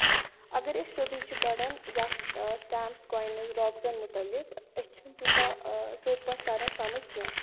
اَگر أسۍ سیودُے چھِ پَران یا سِٹیمپٕس کوٚینز روکزن مُتعلِق أسۍ چھُ نہٕ تیوٗتاہ سیوٚد پٲٹھۍ تران سَمجھ کیٚنٛہہ